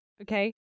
okay